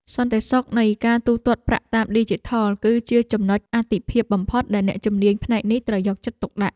សន្តិសុខនៃការទូទាត់ប្រាក់តាមឌីជីថល គឺជាចំនុចអាទិភាពបំផុតដែលអ្នកជំនាញផ្នែកនេះត្រូវយកចិត្តទុកដាក់។